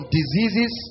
diseases